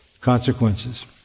consequences